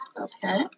Okay